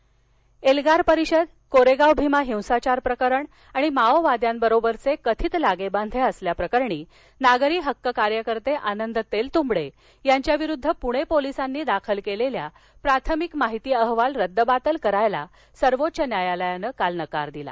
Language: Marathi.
कोरेगाव भीमा एल्गार परिषद कोरेगाव भीमा हिसाचार प्रकरण आणि माओवाद्यांबरोबर कथित लागेबांधे असल्याप्रकरणी नागरी हक्क कार्यकर्ते आनंद तेलतुंबडे यांच्या विरुद्ध पुणे पोलिसांनी दाखल केलेला प्राथमिक माहिती अहवाल रद्दबातल ठरवण्यास सर्वोच्च न्यायलयानं काल नकार दिला